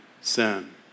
sin